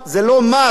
זה קנס,